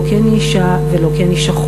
לא כי אני אישה ולא כי אני שחור,